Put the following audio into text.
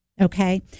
Okay